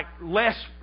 less